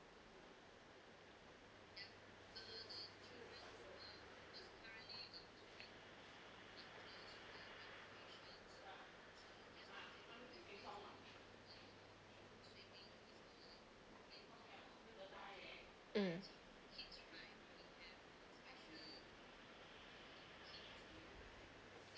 mm